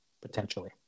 potentially